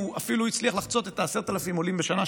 הוא אפילו הצליח לחצות את ה-10,000 עולים בשנה,